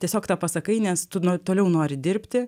tiesiog tą pasakai nes tu toliau nori dirbti